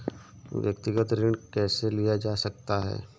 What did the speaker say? व्यक्तिगत ऋण कैसे लिया जा सकता है?